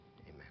amen